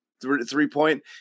three-point